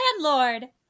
landlord